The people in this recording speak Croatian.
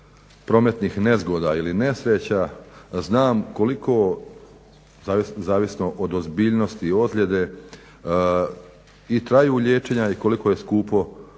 prometnih nezgoda ili nesreća, da znam koliko, zavisno od ozbiljnosti ozljede, i traju liječenja i koliko je skupo